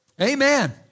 Amen